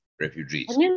refugees